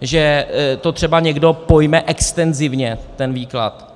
že to třeba někdo pojme extenzivně, ten výklad.